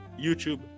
YouTube